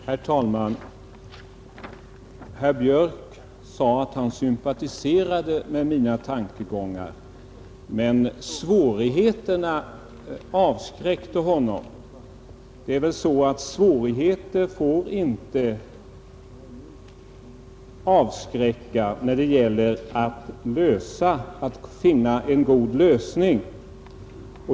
Herr talman! Herr Björk i Göteborg sade att han sympatiserade med mina tankegångar men att svårigheterna avskräckte honom. Det är väl så att svårigheter inte får avskräcka när det gäller att finna en god lösning.